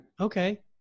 Okay